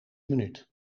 minuut